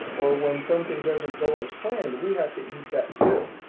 or when something doesn't go as planned, we have to eat that too.